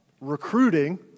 recruiting